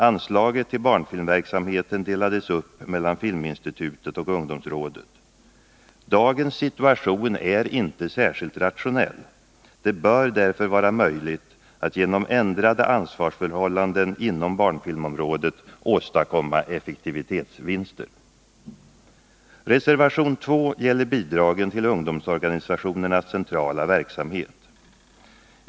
Anslaget till barnfilmverksamheten delades upp mellan Filminstitutet och ungdomsrådet. Dagens situation är inte särskilt rationell. Det bör därför vara möjligt att genom ändrade ansvarsförhållanden inom barnfilmområdet åstadkomma effektivitetsvinster. Reservation 2 gäller bidragen till ungdomsorganisationernas centrala verksamhet.